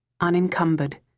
unencumbered